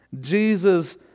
Jesus